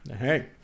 Hey